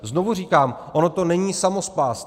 Znovu říkám, ono to není samospásné.